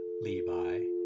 Levi